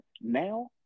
now